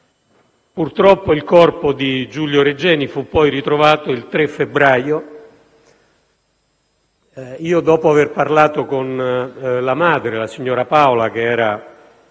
Purtroppo il corpo di Giulio Regeni fu poi ritrovato il 3 febbraio. Dopo avere parlato con la madre, la signora Paola, che nel